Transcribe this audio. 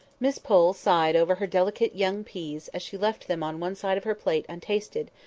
miss pole sighed over her delicate young peas as she left them on one side of her plate untasted,